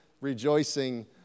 rejoicing